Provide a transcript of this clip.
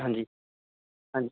ਹਾਂਜੀ ਹਾਂਜੀ